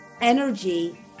energy